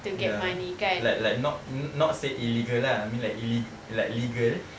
ya like like not not say illegal lah I mean like ille~ like legal